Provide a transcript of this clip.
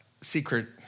secret